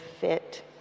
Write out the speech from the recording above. fit